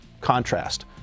contrast